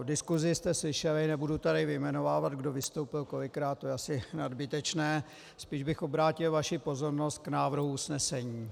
Diskusi jste slyšeli, nebudu tady vyjmenovávat, kdo vystoupil kolikrát, to je asi nadbytečné, spíš bych obrátil vaši pozornost k návrhu usnesení.